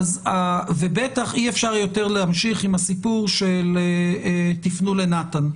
ובטח אי אפשר יותר להמשיך עם הסיפור של 'תיפנו לנתן'.